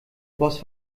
boss